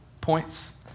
points